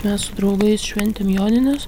mes su draugais šventėm jonines